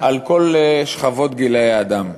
על כל שכבות גילאי האדם.